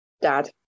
dad